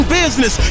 business